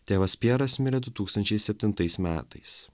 tėvas pjeras mirė du tūkstančiai septintais metais